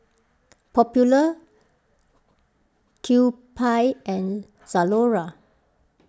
Popular Kewpie and Zalora